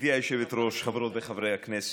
גברתי היושבת-ראש, חברות וחברי הכנסת,